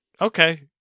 Okay